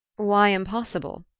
why impossible?